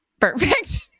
Perfect